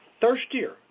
thirstier